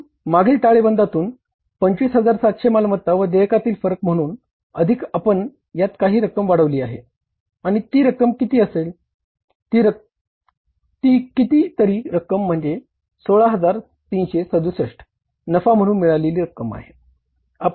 प्रथम मागील ताळेबंदातून 25700 मालमत्ता व देयकातील फरक म्हणून अधिक आपण यात काही रक्कम वाढविली आहे आणि ती किती तरी रक्कम आहे ती किती तरी रक्कम म्हणजे 16367 नफा म्हणून मिळालेली रक्कम आहे